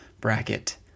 bracket